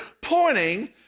pointing